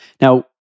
Now